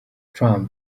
trump